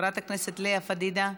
חברת הכנסת לאה פדידה,